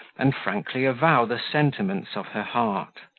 and frankly avow the sentiments of her heart.